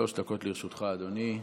שלוש דקות לרשותך, אדוני.